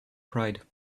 pride